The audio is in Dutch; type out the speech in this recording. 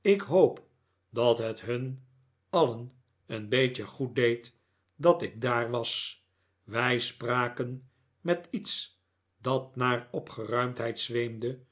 ik hoop dat het hun alien een beetje goed deed dat ik daar was wij spraken met iets dat naar opgeruimdheid zweemde